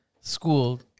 school